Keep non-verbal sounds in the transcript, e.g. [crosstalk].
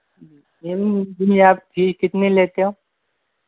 हम जी [unintelligible] आप फीस कितने लेते हो